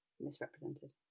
Misrepresented